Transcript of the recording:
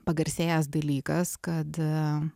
pagarsėjęs dalykas kad